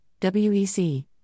WEC